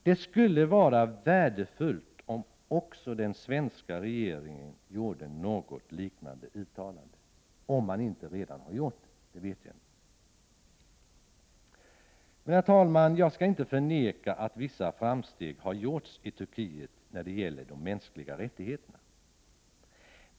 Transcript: Det skulle vara värdefullt om den svenska regeringen gjorde ett liknande uttalande, om man nu inte redan har gjort det. Jag vet inte hur det förhåller sig i det avseendet. Herr talman! Jag skall inte förneka att vissa framsteg har gjorts i Turkiet när det gäller de mänskliga rättigheterna.